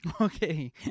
Okay